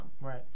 right